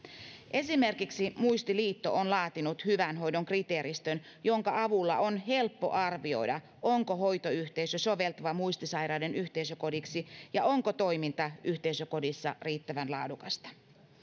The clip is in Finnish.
esimerkiksi muistiliitto on laatinut hyvän hoidon kriteeristön jonka avulla on helppo arvioida onko hoitoyhteisö soveltuva muistisairaiden yhteisökodiksi ja onko toiminta yhteisökodissa riittävän laadukasta